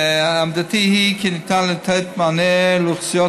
עמדתי היא כי ניתן לתת מענה לאוכלוסיות